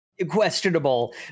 questionable